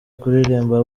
kuririmba